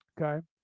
okay